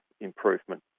improvement